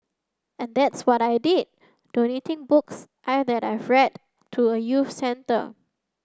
and that's what I did donating books I've to a youth centre